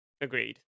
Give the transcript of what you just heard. agreed